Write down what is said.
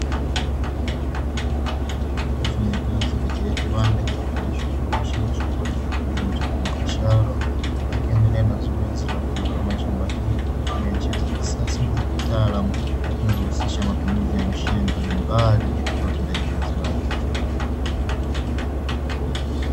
Mfanyakazi katika kiwanda kinachojishughulisha na shughuli za kilimo cha kibiashara, akiendelea na zoezi la kulima shamba hili kwa kutumia njia za kisasa na za kitaalamu zinazohusisha matumizi ya mashine mbalimbali katika utendaji kazi wake.